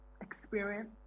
experience